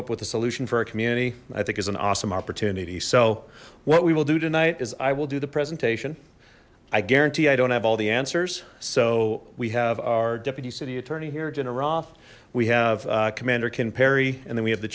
up with a solution for our community i think is an awesome opportunity so what we will do tonight is i will do the presentation i guarantee i don't have all the answers so we have our deputy city attorney here jenna roth we have commander kim perry and then we have the